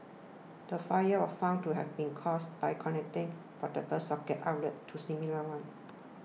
the fire was found to have been caused by connecting portable socket outlets to similar ones